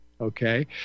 okay